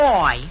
Boy